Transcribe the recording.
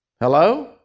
Hello